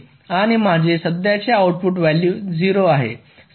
आणि माझे सध्याचे आउटपुट व्हॅल्यू 0 आहे